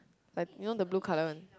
like you know the blue colour one